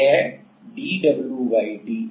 यह dwdx है